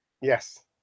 Yes